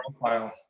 profile